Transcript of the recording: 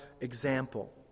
example